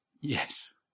Yes